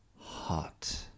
hot